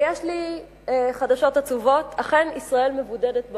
ויש לי חדשות עצובות: אכן, ישראל מבודדת בעולם.